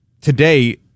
today